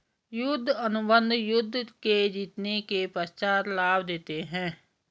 युद्ध अनुबंध युद्ध के जीतने के पश्चात लाभ देते हैं